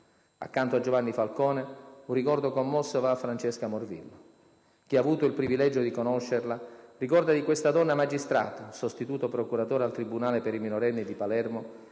Accanto a Giovanni Falcone, un ricordo commosso va a Francesca Morvillo. Chi ha avuto il privilegio di conoscerla, ricorda di questa donna magistrato, sostituto procuratore al tribunale per i minorenni di Palermo,